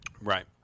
Right